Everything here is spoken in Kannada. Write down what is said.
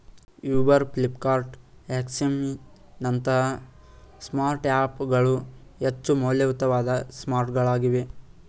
ಯೂಬರ್, ಫ್ಲಿಪ್ಕಾರ್ಟ್, ಎಕ್ಸಾಮಿ ನಂತಹ ಸ್ಮಾರ್ಟ್ ಹ್ಯಾಪ್ ಗಳು ಹೆಚ್ಚು ಮೌಲ್ಯಯುತವಾದ ಸ್ಮಾರ್ಟ್ಗಳಾಗಿವೆ